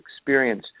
experience